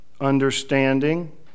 understanding